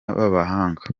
abahanga